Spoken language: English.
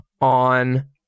on